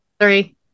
Three